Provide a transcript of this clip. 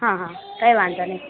હા હા કઈ વાંધો નઈ